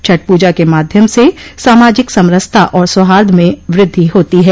छठ पूजा के माध्यम से सामाजिक समरसता और सौहार्द में वृद्धि होती है